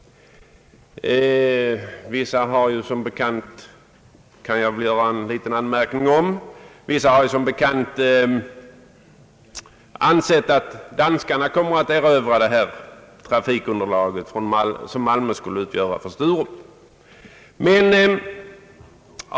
Vissa personer har ju som bekant ansett att danskarna kommer att »erövra» det trafikunderlag som Malmö skulle utgöra för Sturup.